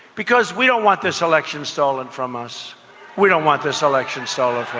because we don't want this election stolen from us we don't want this election, soloff